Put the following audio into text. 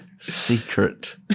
Secret